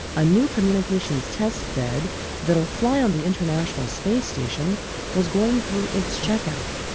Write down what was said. a new communications test bed that'll fly on the international space station was going through its checkout.